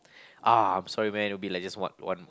uh I'm sorry man it'll be like just one one